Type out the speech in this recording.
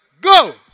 Go